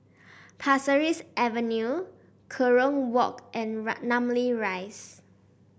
Pasir Ris Avenue Kerong Walk and Namly Rise